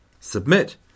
Submit